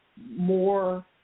more